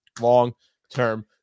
Long-term